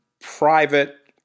private